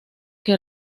que